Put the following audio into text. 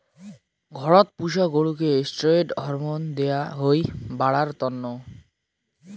ঘরত পুষা গরুকে ষ্টিরৈড হরমোন দেয়া হই বাড়ার তন্ন